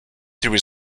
through